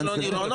זה לא נכון.